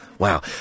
Wow